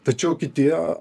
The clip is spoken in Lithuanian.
tačiau kiti